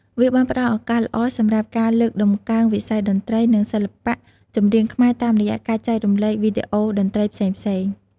វាបានផ្ដល់ឱកាសល្អសម្រាប់ការលើកតម្កើងវិស័យតន្ត្រី និងសិល្បៈចម្រៀងខ្មែរតាមរយៈការចែករំលែកវីដេអូតន្ត្រីផ្សេងៗ។